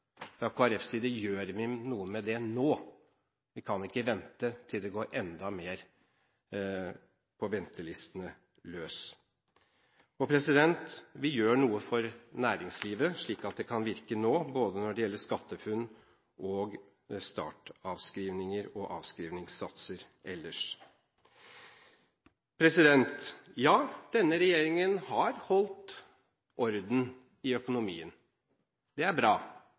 side gjør vi noe med det nå. Vi kan ikke vente til det går enda mer på ventelistene løs. Vi gjør noe for næringslivet, slik at det kan virke nå, både det som gjelder SkatteFUNN, startavskrivninger og avskrivningssatser ellers. Ja, denne regjeringen har holdt orden i økonomien, det er bra.